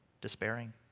despairing